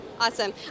Awesome